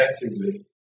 effectively